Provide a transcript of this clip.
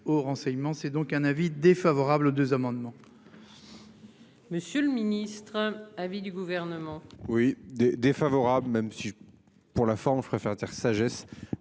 au renseignement. C'est donc un avis défavorable aux deux amendements. Monsieur le ministre un avis du gouvernement. Oui des défavorable. Même si. Pour la forme, je préfère taire sagesse.